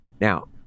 Now